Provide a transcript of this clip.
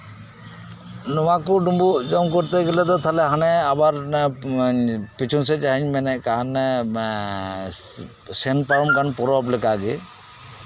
ᱱᱚᱶᱟ ᱠᱚ ᱰᱩᱢᱵᱩᱜ ᱡᱚᱢ ᱠᱚᱨᱛᱮ ᱜᱮᱞᱮ ᱫᱚ ᱫᱚᱵᱮ ᱦᱟᱱᱮ ᱟᱵᱟᱨ ᱯᱤᱪᱷᱚᱱ ᱥᱮᱫ ᱡᱟᱦᱟᱸᱧ ᱢᱮᱱᱮᱫ ᱠᱟᱱ ᱥᱮᱱ ᱯᱟᱨᱚᱢ ᱟᱠᱟᱱ ᱯᱚᱨᱚᱵᱽ ᱞᱮᱠᱟ ᱜᱮ